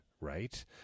right